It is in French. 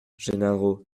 gennaro